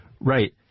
Right